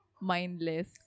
mindless